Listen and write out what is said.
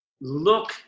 look